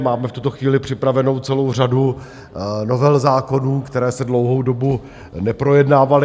Máme v tuto chvíli připravenou celou řadu novel zákonů, které se dlouhou dobu neprojednávaly.